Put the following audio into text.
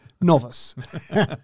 novice